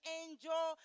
angel